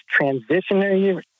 transitionary